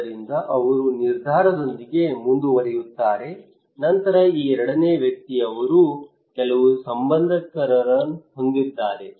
ಆದ್ದರಿಂದ ಅವರು ನಿರ್ಧಾರದೊಂದಿಗೆ ಮುಂದುವರಿಯುತ್ತಾರೆ ನಂತರ ಈ ಎರಡನೇ ವ್ಯಕ್ತಿ ಅವರು ಕೆಲವು ಸಂಬಂಧಿಕರನ್ನು ಹೊಂದಿದ್ದಾರೆ